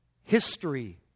history